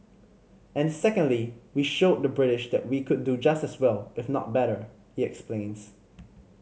and secondly we showed the British that we could do just as well if not better he explains